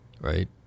right